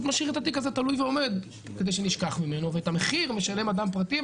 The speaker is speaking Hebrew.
משאיר את התיק הזה תלוי ועומד כדי שנשכח ממנו ואת המחיר משלם אדם פרטי.